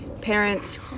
parents